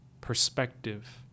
perspective